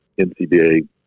NCBA